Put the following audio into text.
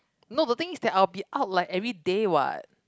no the thing is that I will be out like everyday what